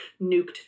nuked